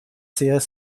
sehr